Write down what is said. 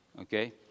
Okay